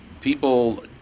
People